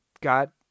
got